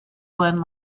one